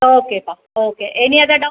ஓகேப்பா okay any other doubt